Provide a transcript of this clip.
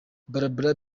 barbara